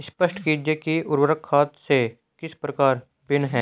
स्पष्ट कीजिए कि उर्वरक खाद से किस प्रकार भिन्न है?